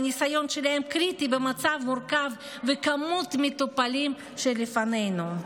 שהניסיון שלהם קריטי במצב המורכב ובמספר המטופלים שלפנינו.